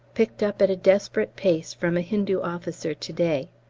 picked up at a desperate pace from a hindu officer to-day!